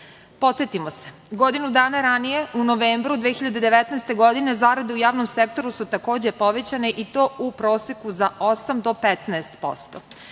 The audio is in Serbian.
Podsetimo se, godinu dana ranije, u novembru 2019. godine zarade u javnom sektoru su takođe povećanje i to u proseku za osam do 15%.